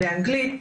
באנגלית,